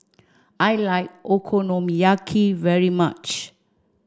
I like Okonomiyaki very much